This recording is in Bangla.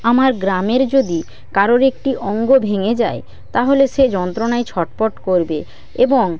আমার গ্রামের যদি কারোর একটি অঙ্গ ভেঙে যায় তাহলে সে যন্ত্রনায় ছটফট করবে এবং